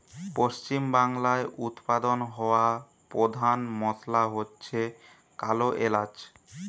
পশ্চিমবাংলায় উৎপাদন হওয়া পোধান মশলা হচ্ছে কালো এলাচ